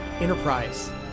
Enterprise